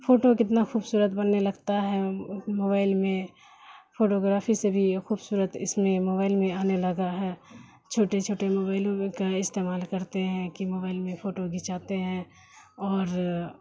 photo کتنا خوبصورت بننے لگتا ہے موبائل میں فوٹوگرافی سے بھی خوبصورت اس میں موبائل میں آنے لگا ہے چھوٹے چھوٹے موبائلوں کا استعمال کرتے ہیں کہ موبائل میں فوٹو کھنچاتے ہیں اور